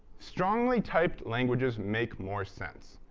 strongly-typed languages make more sense.